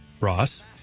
Ross